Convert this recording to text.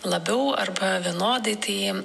labiau arba vienodai tai